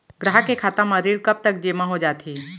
ग्राहक के खाता म ऋण कब तक जेमा हो जाथे?